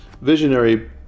visionary